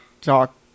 talk